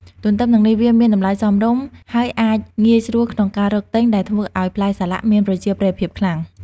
ទន្ទឹមនឹងនេះ វាមានតម្លៃសមរម្យ ហើយអាចងាយស្រួលក្នុងការរកទិញ ដែលធ្វើឱ្យផ្លែសាឡាក់មានប្រជាប្រិយភាពខ្លាំង។